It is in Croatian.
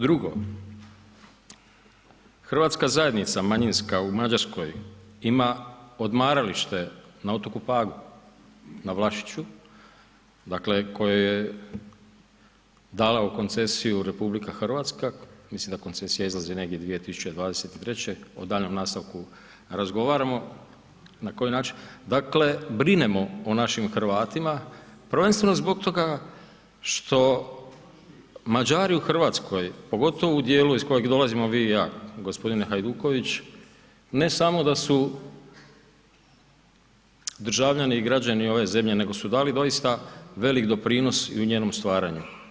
Drugo, hrvatska zajednica manjinska u Mađarskoj ima odmaralište na otoku Pagu, na Vlašiću koje je dala u koncesiju RH, mislim da koncesija izlazi negdje 2023. o daljnjem nastavku razgovaramo, dakle brinemo o našim Hrvatima prvenstveno zbog toga što Mađari u Hrvatskoj, pogotovo u dijelu iz kojeg dolazimo vi i ja, gospodine Hajduković, ne samo da su državljani i građani ove zemlje nego su dali doista veliki doprinos i u njenom stvaranju.